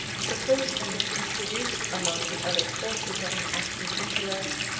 suppose them introduced among the other forces of an active intellect,